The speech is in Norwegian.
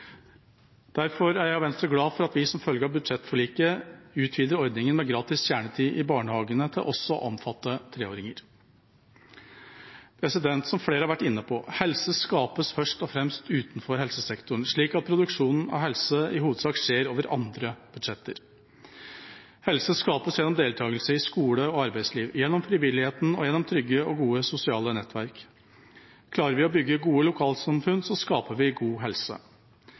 Derfor er jeg og Venstre glad for at vi som følge av budsjettforliket, utvider ordningen med gratis kjernetid i barnehagene til også å omfatte treåringer. Flere har vært inne på det: Helse skapes først og fremst utenfor helsesektoren, slik at produksjonen av helse i hovedsak skjer over andre budsjetter. Helse skapes gjennom deltakelse i skole og arbeidsliv, gjennom frivilligheten og gjennom trygge og gode sosiale nettverk. Klarer vi å bygge gode lokalsamfunn, skaper vi god helse.